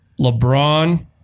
LeBron